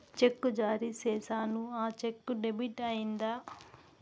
చెక్కు జారీ సేసాను, ఆ చెక్కు డెబిట్ అయిందా